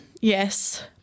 yes